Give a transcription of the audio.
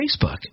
Facebook